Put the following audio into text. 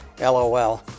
LOL